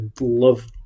love